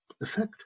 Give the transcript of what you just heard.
Effect